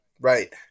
Right